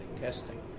testing